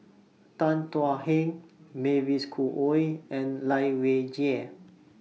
Tan Thuan Heng Mavis Khoo Oei and Lai Weijie